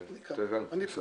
ליטה והוא התנתק או הניתוק